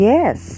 Yes